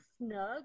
snug